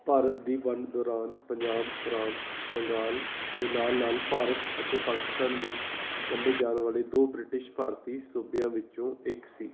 ਭਾਰਤ ਦੀ ਵੰਡ ਦੌਰਾਨ ਪੰਜਾਬ ਪ੍ਰਾਂਤ ਬੰਗਾਲ ਅਤੇ ਨਾਲ ਨਾਲ ਭਾਰਤ ਅਤੇ ਪਾਕਿਸਤਾਨ ਵਿੱਚ ਵੰਡੇ ਜਾਣ ਵਾਲੇ ਦੋ ਬ੍ਰਿਟਿਸ਼ ਭਾਰਤੀ ਸੂਬਿਆਂ ਵਿੱਚੋਂ ਇੱਕ ਸੀ